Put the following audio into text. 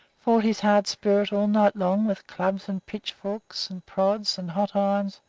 fought his hard spirit all night long with clubs and pitchforks and prods and hot irons,